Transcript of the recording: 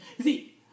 see